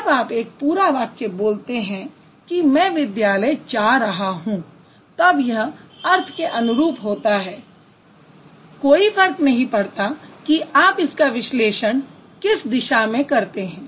जब आप एक पूरा वाक्य बोलते हैं कि मैं विद्यालय जा रहा हूँ तब यह अर्थ के अनुरूप होता है कोई फर्क नहीं पड़ता कि आप इसका विश्लेषण किस दिशा में करते हैं